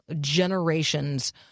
generations